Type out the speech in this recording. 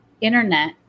internet